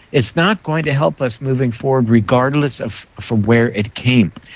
it's not going to help us moving forward regardless of from where it came.